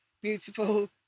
beautiful